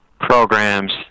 programs